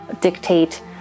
dictate